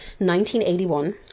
1981